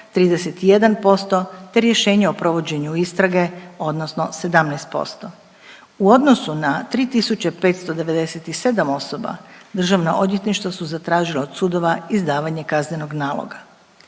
31% te rješenje o provođenju istrage odnosno 17%. U odnosu na 3.597 osoba državna odvjetništva su zatražila od sudova izdavanje kaznenog naloga.